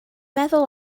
meddwl